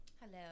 Hello